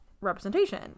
representation